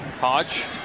Hodge